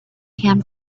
him